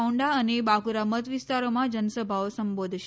ઓંડા અને બાકુરા મતવિસ્તારોમાં જનસભાઓ સંબોધશે